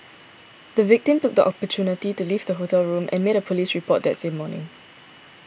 the victim took the opportunity to leave the hotel room and made a police report that same morning